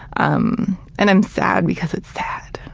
um, and i'm sad because it's sad.